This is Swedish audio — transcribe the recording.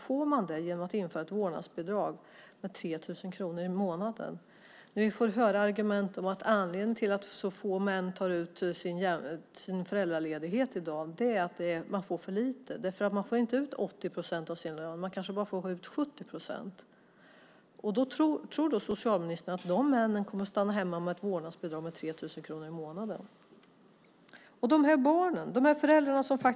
Får man det genom att införa ett vårdnadsbidrag på 3 000 kronor i månaden? Vi får höra argument om att anledningen till att så få män tar ut sin föräldraledighet i dag är att de får för lite. De får inte ut 80 procent av sin lön utan kanske bara 70 procent. Tror då socialministern att de männen kommer att stanna hemma med ett vårdnadsbidrag på 3 000 kronor i månaden?